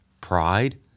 Pride